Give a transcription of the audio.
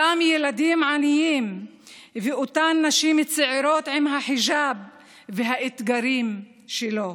אותם ילדים עניים ואותן נשים צעירות עם החיג'אב והאתגרים שלו.